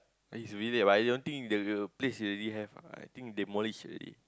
is village but I don't think the the place already have ah I think demolished already